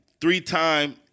Three-time